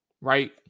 right